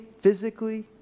physically